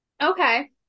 Okay